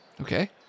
Okay